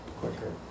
quicker